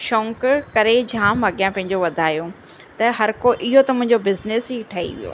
शौक़ु करे जाम अॻियां पंहिंजो वधायो त हर को इहो त मुंहिंजो बिसनेस ई ठही वियो